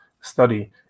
study